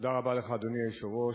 תודה רבה לך, אדוני היושב-ראש.